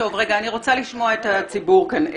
אני רוצה לשמוע את הציבור כאן.